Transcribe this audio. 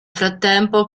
frattempo